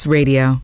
Radio